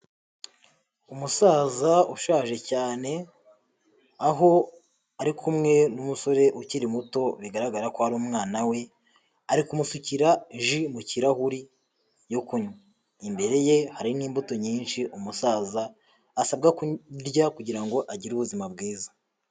Umusaza ushaje cyane, aho ari kumwe n'umusore ukiri muto bigaragara ko ari umwana we ari kumusukira ji mu kirahuri yo kunywa, imbere ye hari n'imbuto nyinshi umusaza asabwa kurya kugira ngo agire ubuzima bwiza.